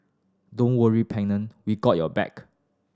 don't worry Pennant we got your back